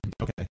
Okay